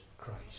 Christ